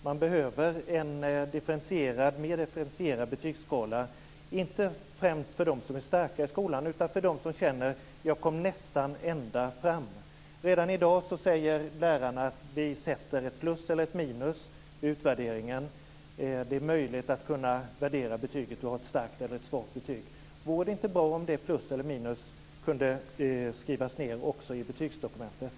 Man behöver en mer differentierad betygsskala, inte främst för dem som är starka i skolan utan för dem som känner att de kom nästan ändra fram. Redan i dag säger lärarna att man sätter ett plus eller minus i utvärderingen. Det gör det möjligt att värdera betyget som ett starkt eller svagt betyg. Vore det inte bra om det pluset eller minuset kunde skrivas ut också i betygsdokumentet?